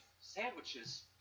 sandwiches